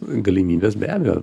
galimybes be abejo